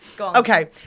Okay